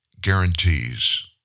guarantees